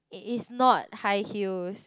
it is not high heels